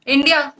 India